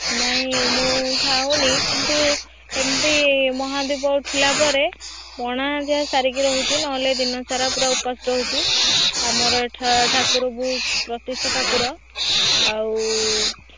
ନାଇଁ ମୁଁ ଖାଉନି କିନ୍ତୁ ଏମିତି ମହାଦୀପ ଉଠିଲା ପରେ ପଣା ଖାଇକି ରହୁଛି ନହେଲେ ଦିନସାରା ପୁରା ଉପାସ ରହୁଛି ଆମର ଏ ଠ ଠାକୁର ପ୍ରତିଷ୍ଠା ଠାକୁର ଆଉ